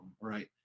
right